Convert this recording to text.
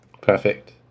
Perfect